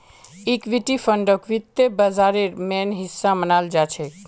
equity फंडक वित्त बाजारेर मेन हिस्सा मनाल जाछेक